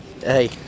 Hey